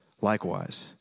likewise